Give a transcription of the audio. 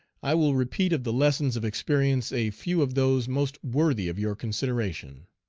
i will repeat of the lessons of experience a few of those most worthy of your consideration.